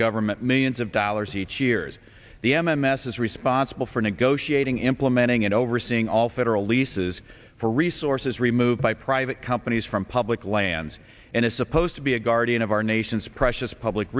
government millions of dollars each years the m m s is responsible for negotiating implementing and overseeing all federal leases for resources removed by private companies from public lands and is supposed to be a guardian of our nation's precious public